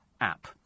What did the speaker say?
app